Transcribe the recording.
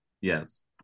Yes